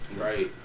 Right